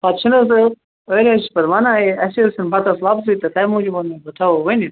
پتہٕ چھِنَہ حظ أرۍ أرۍ حظ چھِ پتہٕ وَنان ہے اسہِ حظ چھُنہٕ بَتس لفظٕے تہٕ تمہِ موٗجوٗب ووٚن مےٚ بہٕ تھاوو ؤنِتھ